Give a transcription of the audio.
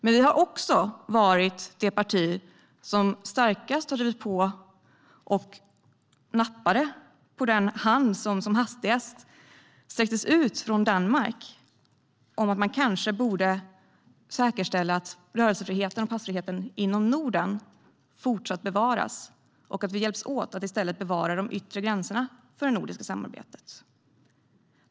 Men vi var också det parti som starkast drev på för att vi skulle nappa på den hand som Danmark som hastigast sträckte ut om att vi kanske borde säkerställa att rörelsefriheten och passfriheten inom Norden fortsätter att bevaras. Vi har också drivit på för att vi i stället ska hjälpas åt att bevara de yttre gränserna för det nordiska samarbetet.